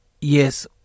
yes